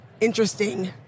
interesting